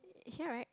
here right